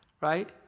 right